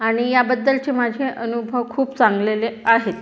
आणि याबद्दलचे माझे अनुभव खूप चांगले आहेत